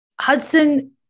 Hudson